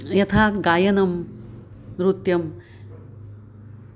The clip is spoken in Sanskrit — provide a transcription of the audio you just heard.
यथा गायनं नृत्यं